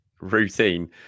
Routine